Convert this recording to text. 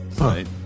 right